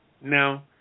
Now